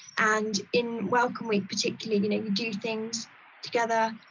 and in welcome week particularly you and and do things together.